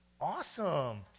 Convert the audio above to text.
Awesome